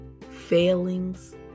failings